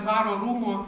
dvaro rūmų